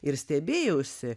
ir stebėjausi